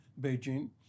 Beijing